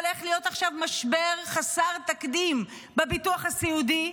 הולך להיות עכשיו משבר חסר תקדים בביטוח הסיעודי.